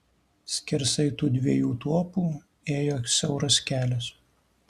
skersai tų dviejų tuopų ėjo siauras kelias